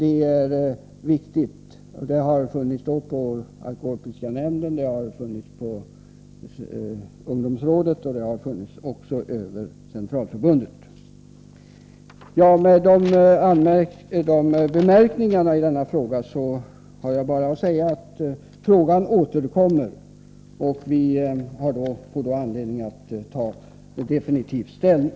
Den har hittills legat hos alkoholpolitiska nämnden, hos ungdomsrådet och även hos Centralförbundet för alkoholoch narkotikaupplysning. Nu återkommer denna fråga, och då får vi anledning att ta definitiv ställning.